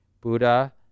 buddha